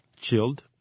chilled